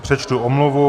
Přečtu omluvu.